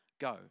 go